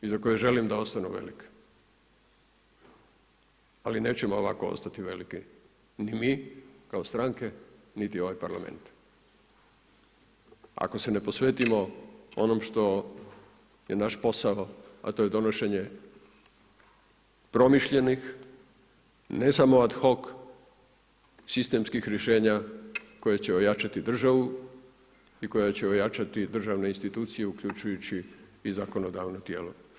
I za koje želim da ostanu velike ali nećemo ovako ostati veliki ni mi kao stranke niti ovaj Parlament ako se ne posvetimo onom što je naš posao a to je donošenje promišljenih, ne samo ad hoc sistemskih rješenja koje će ojačati državi i koje će ojačati državne institucije uključujući zakonodavno tijelo.